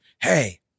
hey